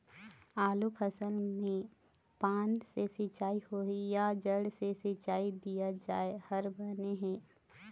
आलू फसल मे पान से सिचाई होही या जड़ से सिचाई दिया जाय हर बने हे?